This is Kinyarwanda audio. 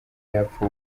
yapfa